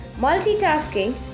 multitasking